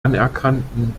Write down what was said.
anerkannten